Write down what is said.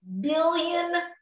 billion